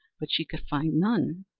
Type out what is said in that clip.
but she could find none.